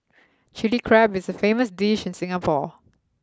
Chilli Crab is a famous dish in Singapore